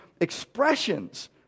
expressions